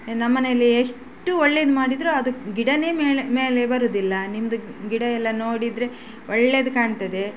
ನಮ್ಮನೆಯಲ್ಲಿ ಎಷ್ಟು ಒಳ್ಳೇದು ಮಾಡಿದರೂ ಅದು ಗಿಡನೆ ಮೇಳೆ ಮೇಲೆ ಬರುವುದಿಲ್ಲ ನಿಮ್ಮದು ಗಿಡ ಎಲ್ಲ ನೋಡಿದರೆ ಒಳ್ಳೆದು ಕಾಣ್ತದೆ